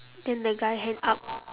then the guy hand up